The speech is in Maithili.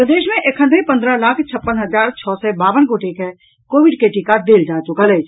प्रदेश मे एखन धरि पंद्रह लाख छप्पन हजार छओ सय बावन गोटे के कोविड के टीका देल जा चुकल अछि